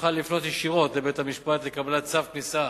תוכל לפנות ישירות לבית-המשפט לקבלת צו כניסה